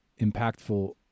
impactful